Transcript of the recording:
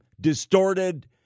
distorted